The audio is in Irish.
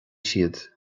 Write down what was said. siad